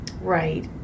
Right